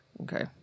Okay